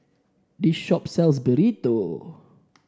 this shop sells Burrito